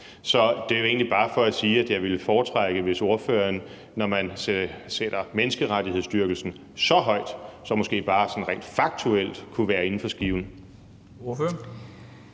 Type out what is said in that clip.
Så det er egentlig bare for at sige, at jeg ville foretrække, hvis ordføreren, når man sætter menneskerettighedsdyrkelsen så højt, så måske bare sådan rent faktuelt kunne være inden for skiven.